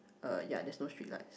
uh ya there is not street light